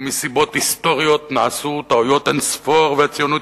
ומסיבות היסטוריות נעשו טעויות אין-ספור והציונות